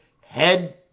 head